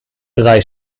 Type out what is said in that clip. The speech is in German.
drei